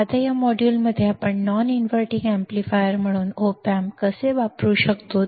आता या मॉड्यूलमध्ये आपण नॉन इनव्हर्टिंग एम्पलीफायर म्हणून op amp कसे वापरू शकतो ते पाहू